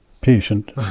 patient